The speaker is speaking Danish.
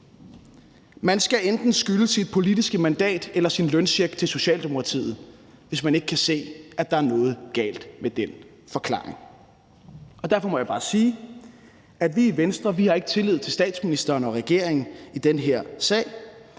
Man skal enten skylde sit politiske mandat eller sin løncheck til Socialdemokratiet, hvis man ikke kan se, at der er noget galt med den forklaring, og derfor må jeg bare sige, at vi i Venstre ikke har tillid til statsministeren og regeringen i den her sag.